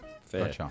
Fair